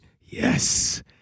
yes